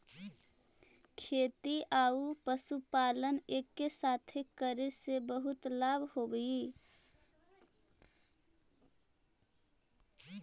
खेती आउ पशुपालन एके साथे करे से बहुत लाभ होब हई